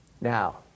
now